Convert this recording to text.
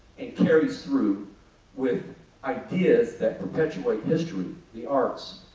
and carries through with ideas that perpetuate history, the arts,